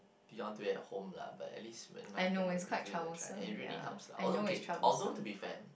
we all do it at home lah but at least when in my home a bit and it really helps lah although okay although to be fair